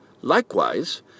Likewise